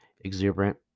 exuberant